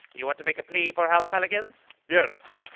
you want to make a plea for house pelicans? yes